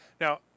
Now